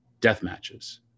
deathmatches